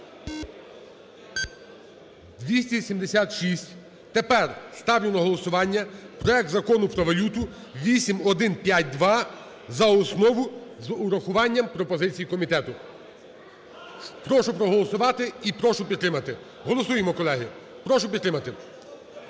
276. Тепер ставлю на голосування проект Закону про валюту (8152) за основу з урахуванням пропозицій комітету. Прошу проголосувати і прошу підтримати. Голосуємо, колеги. Прошу підтримати.